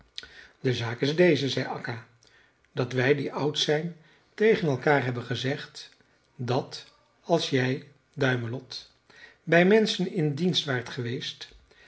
de zaak is deze zei akka dat wij die oud zijn tegen elkaar hebben gezegd dat als jij duimelot bij menschen in dienst waart geweest